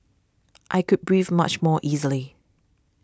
I could breathe much more easily